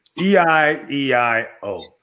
E-I-E-I-O